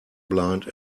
blind